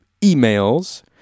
emails